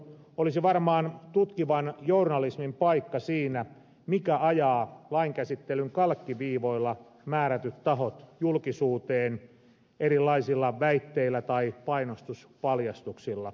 olisi varmaan tutkivan journalismin paikka siinä mikä ajaa lain käsittelyn kalkkiviivoilla määrätyt tahot julkisuuteen erilaisilla väitteillä tai painostuspaljastuksilla